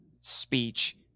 speech